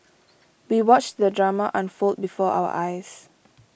we watched the drama unfold before our eyes